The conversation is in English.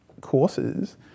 courses